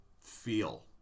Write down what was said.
feel